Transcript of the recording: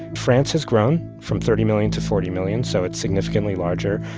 france has grown from thirty million to forty million, so it's significantly larger.